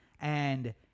And-